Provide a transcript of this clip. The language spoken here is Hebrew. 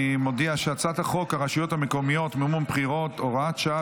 אני מודיע שהצעת חוק הרשויות המקומיות (מימון בחירות) (הוראת שעה),